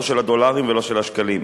לא של הדולרים ולא של השקלים.